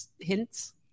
hints